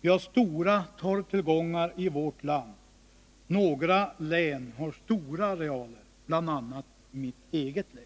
Vi harstora torvtillgångar i vårt land. Några län har stora arealer, bl.a. mitt eget län.